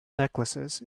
necklaces